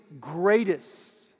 greatest